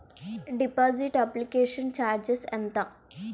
Deposit application charges ఎంత?